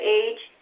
age